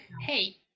hey